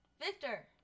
Victor